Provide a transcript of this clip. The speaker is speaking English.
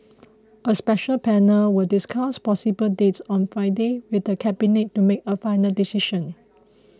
a special panel will discuss possible dates on Friday with the Cabinet to make a final decision